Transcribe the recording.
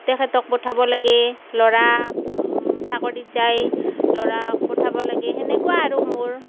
তেখেতক পঠাব লাগে ল'ৰা চাকৰিত যায় ল'ৰাক পঠাব লাগে সেনেকুৱা আৰু মোৰ